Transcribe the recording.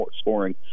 scoring